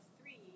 three